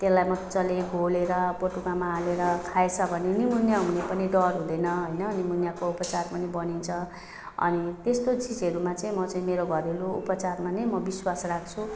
त्यसलाई मजाले घोलेर बटुकामा हालेर खाइएछ भने निमोनिया हुने पनि डर हुँदैन होइन निमोनियाको उपचार पनि बनिन्छ अनि त्यस्तो चिजहरूमा चाहिँ म चाहिँ मेरो घरेलु उपचारमा नै म विश्वास राख्छु